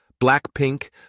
Blackpink